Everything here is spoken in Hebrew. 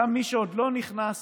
גם מי שעוד לא נכנס